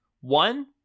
One